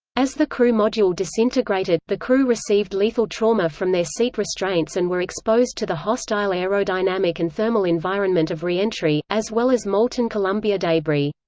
as the crew module disintegrated, the crew received lethal trauma from their seat restraints and were exposed to the hostile aerodynamic and thermal environment of re-entry, as well as molten columbia debris.